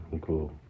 cool